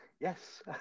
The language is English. Yes